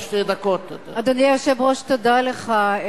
אדוני היושב-ראש, תודה לך.